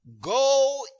Go